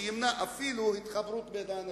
שימנע אפילו התחברות בין האנשים,